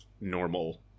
normal